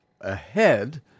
ahead